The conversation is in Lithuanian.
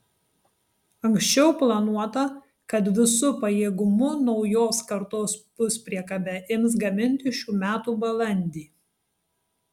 anksčiau planuota kad visu pajėgumu naujos kartos puspriekabę ims gaminti šių metų balandį